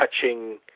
touching